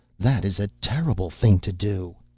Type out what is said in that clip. that is a terrible thing to do